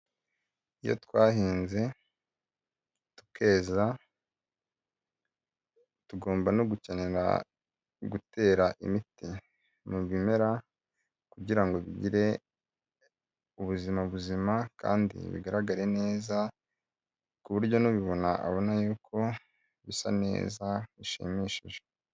Iyo twahinze tukeza tugomba no gukenera gutera imiti mu bimera kugira ngo bigire ubuzima buzima, kandi bigaragare neza ku buryo n'ubibona abona yuko bisa neza bishimishije.